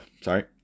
sorry